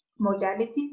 modalities